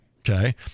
Okay